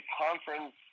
conference